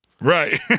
right